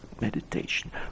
meditation